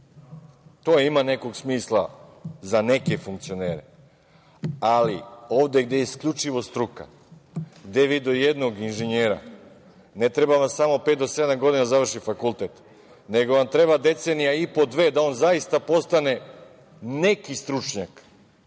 To ima nekog smisla za neke funkcioneri, ali ovde gde je isključivo struka, gde je video jednog inženjera, ne treba vam samo pet do sedam godina da završi fakultet, nego vam treba decenija i po, dve da on zaista postane neki stručnjak.